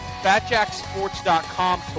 FatJackSports.com